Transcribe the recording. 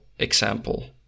example